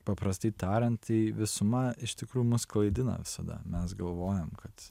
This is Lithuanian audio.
paprastai tariant tai visuma iš tikrųjų mus klaidina visada mes galvojam kad